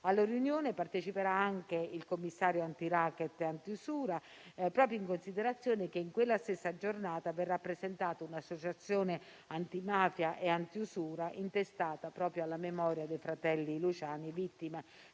Alla riunione parteciperà anche il Commissario antiracket e antiusura, proprio in considerazione del fatto che, in quella stessa giornata, verrà presentata un'associazione antimafia e antiusura intestata proprio alla memoria dei fratelli Luciani, vittime